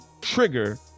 trigger